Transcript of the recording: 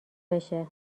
بشه